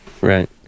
Right